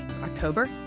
October